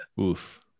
Oof